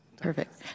Perfect